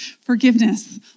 Forgiveness